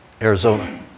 Arizona